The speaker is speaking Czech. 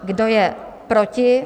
Kdo je proti?